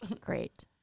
Great